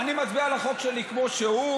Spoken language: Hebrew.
אני מצביע על החוק שלי כמו שהוא,